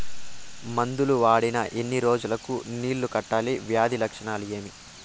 మందులు వాడిన ఎన్ని రోజులు కు నీళ్ళు కట్టాలి, వ్యాధి లక్షణాలు ఏమి?